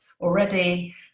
already